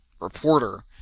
reporter